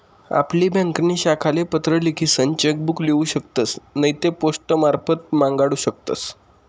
आपली ब्यांकनी शाखाले पत्र लिखीसन चेक बुक लेऊ शकतस नैते पोस्टमारफत मांगाडू शकतस